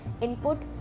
Input